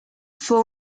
fue